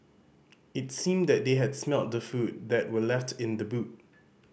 it seemed that they had smelt the food that were left in the boot